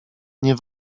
nie